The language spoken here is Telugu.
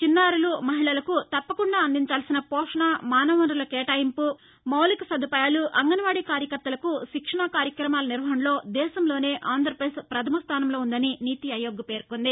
చిన్నారులు మహిళలకు తప్పకుండా అందించాల్సిన పోషణ మానవ వనరుల కేటాయింపు మౌలిక సదుపాయాలు అంగన్వాదీ కార్యకర్తలకు శిక్షణ కార్యక్రమాల నిర్వహణలో దేశంలోనే ఆంధ్రపదేశ్ పథమ స్థానంలో ఉందని నీతి అయోగ్ పేర్కొంది